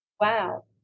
Wow